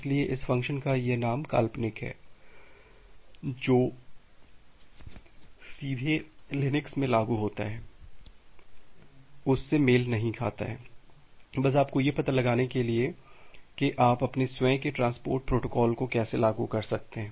इसलिए इस फ़ंक्शन का यह नाम काल्पनिक है जो सीधे लिनक्स में लागू होता है उससे मेल नहीं खाता है बस आपको यह पता लगाने के लिए कि आप अपने स्वयं के ट्रांसपोर्ट प्रोटोकॉल को कैसे लागू कर सकते हैं